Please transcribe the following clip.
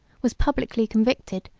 was publicly convicted,